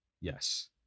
Yes